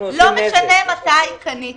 לא משנה מתי קניתי,